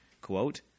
Quote